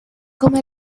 como